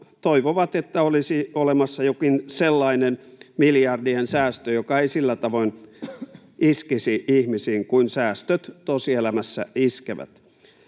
toivovat, että olisi olemassa jokin sellainen miljardien säästö, joka ei sillä tavoin iskisi ihmisiin kuin säästöt tosielämässä iskevät.